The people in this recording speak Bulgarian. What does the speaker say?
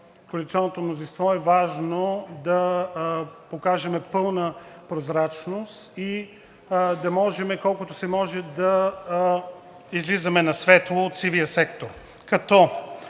коалиционното мнозинство е важно да покажем пълна прозрачност и да можем колкото се може да излизаме на светло от сивия сектор.